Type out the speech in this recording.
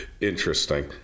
interesting